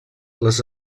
les